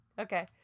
okay